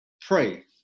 Pray